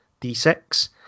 d6